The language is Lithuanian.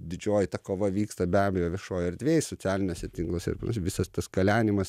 didžioji ta kova vyksta be abejo viešoj erdvėj socialiniuose tinkluose ir visas tas kalenimas